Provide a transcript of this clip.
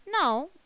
Now